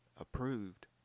approved